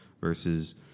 versus